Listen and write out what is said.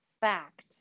fact